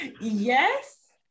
yes